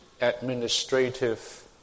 administrative